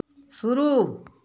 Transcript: शुरू